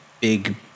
big